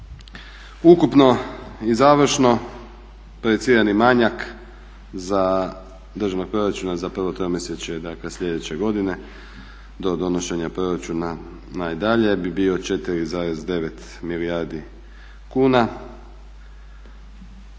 Ukupno i završno projicirani manjak državnog proračuna za prvo tromjesečje sljedeće godine do donošenja proračuna najdalje bi bio 4,9 milijardi kuna